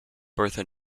bertha